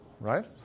right